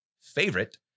favorite